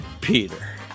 Peter